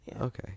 Okay